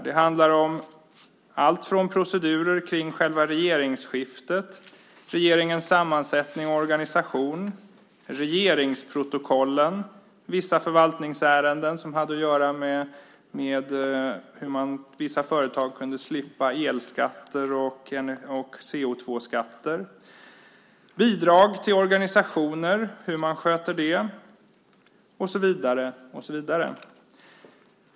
Det handlar om procedurer kring själva regeringsskiftet, regeringens sammansättning och organisation, regeringsprotokollen, vissa förvaltningsärenden som hade att göra med hur vissa företag kunde slippa elskatter och CO2-skatter, hur man sköter bidrag till organisationer och så vidare.